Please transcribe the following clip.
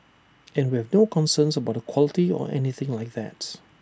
and we have no concerns about quality or anything like that's